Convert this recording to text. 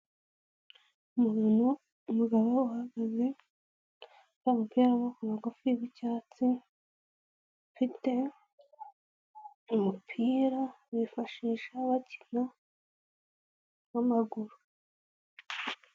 Umuntu, umugabo uhagaze wambaye umupira w'amaboko magufi w'icyatsi, ufite umupira bifashisha bakina w'amaguru.